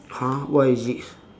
!huh! what is it